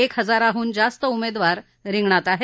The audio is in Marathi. एक हजाराहून जास्त उमेदवार रिंगणात आहेत